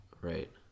Right